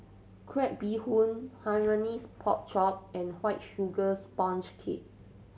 crab bee hoon Hainanese Pork Chop and White Sugar Sponge Cake